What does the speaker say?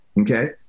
okay